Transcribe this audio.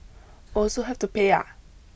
also have to pay ah